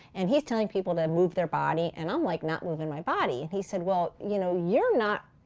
and he's telling people to move their body and i'm like not moving my body. he said, well, you know you're not